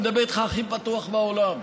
אני מדבר איתך הכי פתוח בעולם,